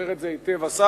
זוכר את זה היטב השר,